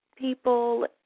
people